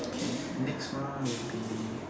okay next one will be